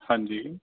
ਹਾਂਜੀ